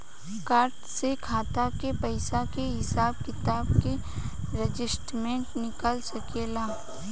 Card से खाता के पइसा के हिसाब किताब के स्टेटमेंट निकल सकेलऽ?